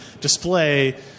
display